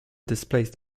displaced